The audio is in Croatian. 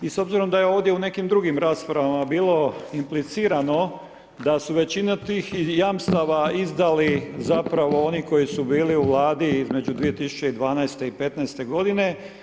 I s obzirom da je ovdje u nekim drugim raspravama bilo implicirano da su većina tih jamstava izdali zapravo oni koji su bili u Vladi između 2012. i 2015. godine.